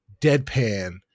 deadpan